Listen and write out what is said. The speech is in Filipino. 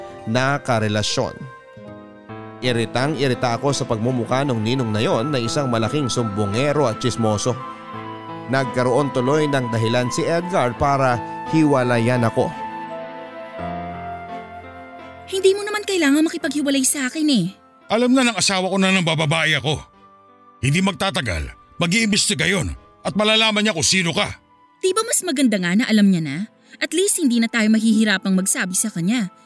na karelasyon. Iritang-irita ako sa pagmumukha nung ninong na yon na isang malaking sumbongero at tsismoso. Nagkaroon tuloy ng dahilan si Edgar para hiwalayan ako. Hindi mo naman kailangan makipaghiwalay sa akin eh. Alam na ng asawa ko na nangbababae ako. Hindi magtatagal. Mag-iimbestiga yun at malalaman niya kung sino ka. Di ba mas maganda nga na alam niya na? At least hindi na tayo mahihirapang magsabi sa kanya.